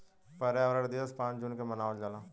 पर्यावरण दिवस पाँच जून के मनावल जाला